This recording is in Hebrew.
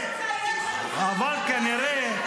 ------ קריאה שלישית --- די --- אבל כנראה,